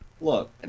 Look